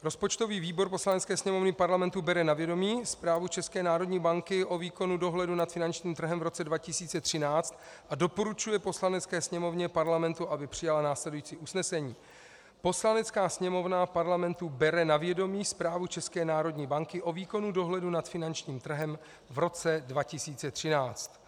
Rozpočtový výbor Poslanecké sněmovny Parlamentu ČR bere na vědomí Zprávu ČNB o výkonu dohledu nad finančním trhem v roce 2013 a doporučuje Poslanecké sněmovně Parlamentu, aby přijala následující usnesení: Poslanecká sněmovna Parlamentu bere na vědomí Zprávu ČNB o výkonu dohledu nad finančním trhem v roce 2013.